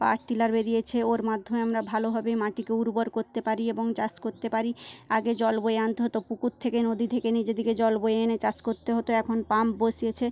পাওয়ার tiller বেড়িয়েছে ওর মাধ্যমে আমরা ভালোভাবে মাটিকে উর্বর করতে পারি এবং চাষ করতে পারি আগে জল বয়ে আনতে হতো পুকুর থেকে নদী থেকে নিজে দিকে জল বয়ে এনে চাষ করতে হতো এখন পাম্প বসিয়েছে